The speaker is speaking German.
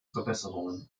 verbesserungen